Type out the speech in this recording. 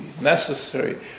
necessary